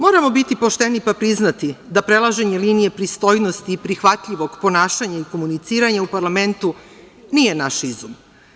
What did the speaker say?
Moramo biti pošteni pa priznati da prelaženje linije pristojnosti i prihvatljivog ponašanja i komuniciranja u parlamentu nije naš izum.